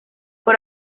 por